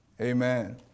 Amen